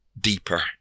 deeper